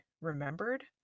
remembered